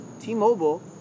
T-Mobile